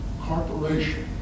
corporation